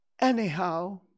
Anyhow